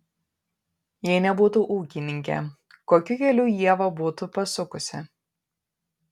jei nebūtų ūkininkė kokiu keliu ieva būtų pasukusi